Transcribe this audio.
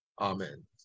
amen